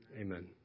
Amen